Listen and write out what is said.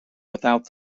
without